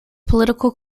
political